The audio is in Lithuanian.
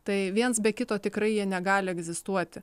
tai viens be kito tikrai jie negali egzistuoti